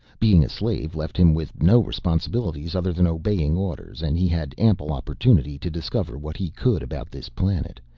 being a slave left him with no responsibilities other than obeying orders and he had ample opportunity to discover what he could about this planet,